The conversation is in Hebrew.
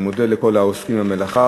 אני מודה לכל העוסקים במלאכה